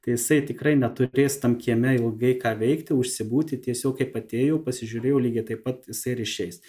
tai jisai tikrai neturės tam kieme ilgai ką veikti užsibūti tiesiog kaip atėjo pasižiūrėjo lygiai taipat jisai ir išeis